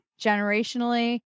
generationally